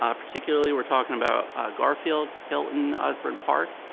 um particularly we're talking about garfield, hilton, osbourne park.